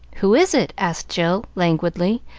who is it? asked jill, languidly,